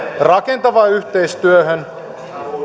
rakentavaan yhteistyöhön